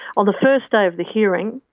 on the first day of the hearing,